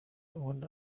اون